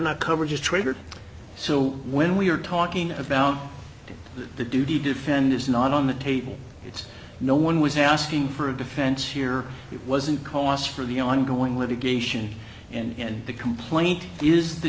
not courage is traitor so when we are talking about the duty defend is not on the table it's no one was asking for a defense here it wasn't cost for the ongoing litigation and the complaint is the